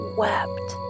wept